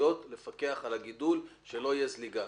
סמכויות לפקח על הגידול, שלא תהיה זליגה.